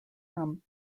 from